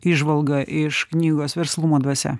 įžvalgą iš knygos verslumo dvasia